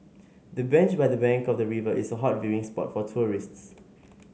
the bench by the bank of the river is a hot viewing spot for tourists